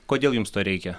kodėl jums to reikia